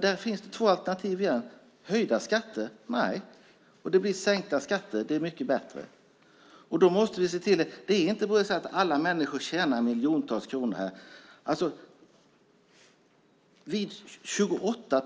Där finns två alternativ igen. Höjda skatter? Nej. Det är mycket bättre med sänkta skatter. Alla människor tjänar inte miljontals kronor. Vid 28